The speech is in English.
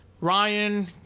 Ryan